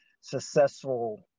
successful